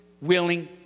willing